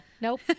Nope